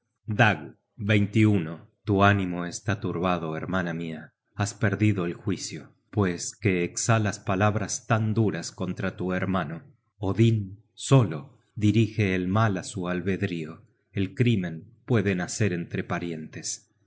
cadáveres dag tu ánimo está turbado hermana mia has perdido el juicio pues que exhalas palabras tan duras contra tu hermano odin solo dirige el mal á su albedrío el crímen puede nacer entre parientes